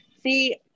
See